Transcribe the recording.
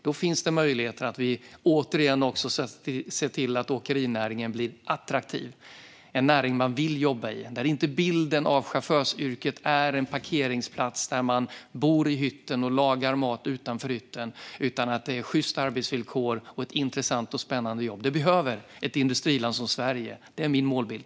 Då finns det möjligheter för åkerinäringen att återigen bli attraktiv, en näring som man vill jobba i där inte bilden av chaufförsyrket är en parkeringsplats där man bor i hytten och lagar mat utanför hytten, utan att det är sjysta arbetsvillkor och ett intressant och spännande jobb. Det behöver ett industriland som Sverige, och det är min målbild.